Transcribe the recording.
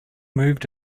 moved